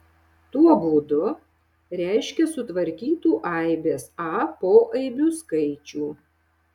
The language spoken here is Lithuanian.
tuo būdu reiškia sutvarkytų aibės a poaibių skaičių